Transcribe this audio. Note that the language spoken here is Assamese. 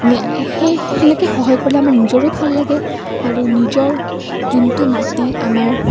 সেই সেনেকৈ সহায় কৰিলে আমাৰো নিজৰো ভাল লাগে আৰু নিজৰ যিটো মাটি আমাৰ